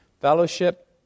Fellowship